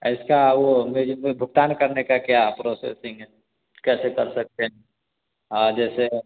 ऐसा वो मैं जिसमें भुगतान करने का क्या प्रोसेसिंग है कैसे कर सकते हैं जैसे